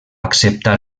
acceptar